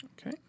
Okay